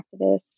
activist